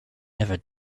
never